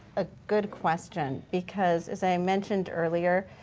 a good question. because as i mentioned earlier,